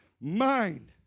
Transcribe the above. mind